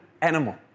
animal